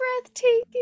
breathtaking